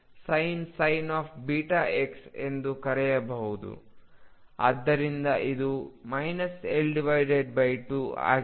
ಆದ್ದರಿಂದ ಇದು L2 ಆಗಿದೆ